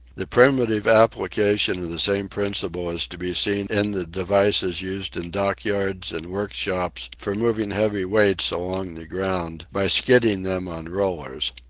the primitive application of the same principle is to be seen in the devices used in dockyards and workshops for moving heavy weights along the ground by skidding them on rollers.